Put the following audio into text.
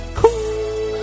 cool